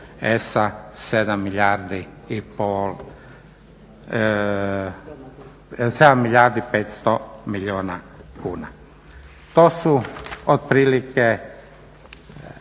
po metodologiji ESA 7 milijardi 500 milijuna kuna. To su otprilike